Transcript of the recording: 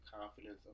confidence